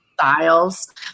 styles